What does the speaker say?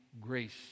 grace